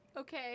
Okay